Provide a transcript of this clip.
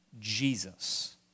Jesus